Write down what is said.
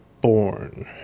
born